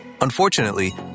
Unfortunately